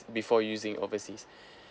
before using overseas